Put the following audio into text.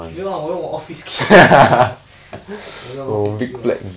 没有 lah 我用我 office key 我用 office keyboard